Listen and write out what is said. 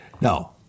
No